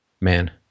man